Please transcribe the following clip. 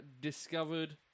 discovered